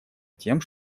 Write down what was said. тем